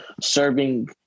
serving